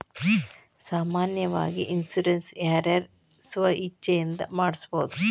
ಸಾಮಾನ್ಯಾವಾಗಿ ಇನ್ಸುರೆನ್ಸ್ ನ ಯಾರ್ ಯಾರ್ ಸ್ವ ಇಛ್ಛೆಇಂದಾ ಮಾಡ್ಸಬೊದು?